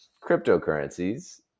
cryptocurrencies